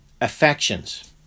affections